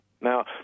now